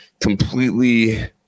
completely